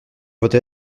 votre